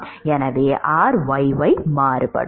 எனவே ryy மாறுபடும்